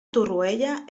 torroella